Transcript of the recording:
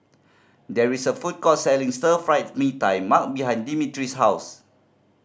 there is a food court selling Stir Fry Mee Tai Mak behind Dimitri's house